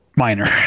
minor